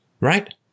right